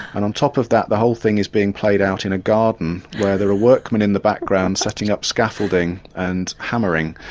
and on top of that the whole thing is being played out in a garden where there are workmen in the background setting up scaffolding and hammering.